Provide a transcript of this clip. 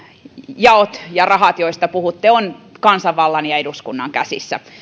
jaot ja rahat joista puhutte on kansanvallan ja eduskunnan käsissä